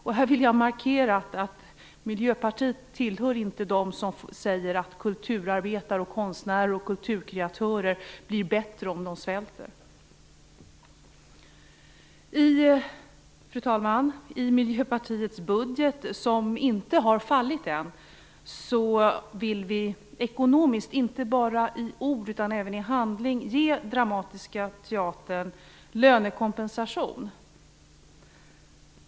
Jag vill markera att Miljöpartiet inte tillhör dem som säger att kulturarbetare, konstnärer och kulturkreatörer blir bättre om de svälter. Fru talman! I Miljöpartiets budgetförslag, som inte har fallit än, vill vi, inte bara i ord utan även ekonomiskt, i handling, ge Dramatiska Teatern en lönekompensation.